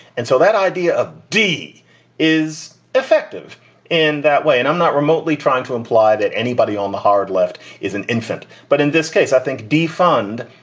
and so that idea of de is effective in that way. and i'm not remotely trying to imply that anybody on the hard left is an infant, but in this case, i think defund.